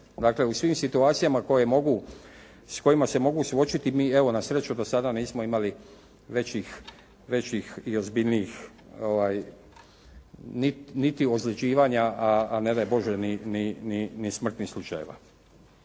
dakle u svim situacijama s kojima se mogu suočiti, mi evo na sreću do sada nismo imali većih i ozbiljnijih niti ozljeđivanja, a ne daj Bože niti smrtnih slučajeva.